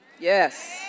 Yes